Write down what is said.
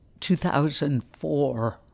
2004